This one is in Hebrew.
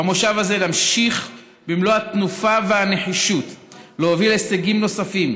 במושב הזה נמשיך במלוא התנופה והנחישות להוביל הישגים נוספים.